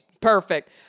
Perfect